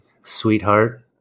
sweetheart